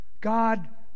God